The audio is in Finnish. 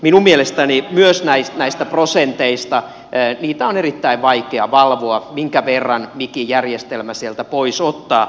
minun mielestäni myös näitä prosentteja on erittäin vaikea valvoa minkä verran mikin järjestelmä sieltä pois ottaa